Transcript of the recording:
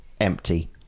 empty